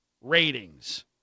ratings